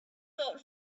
thought